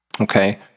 Okay